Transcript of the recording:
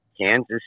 Kansas